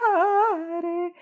Hare